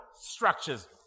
structures